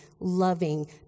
loving